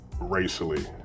racially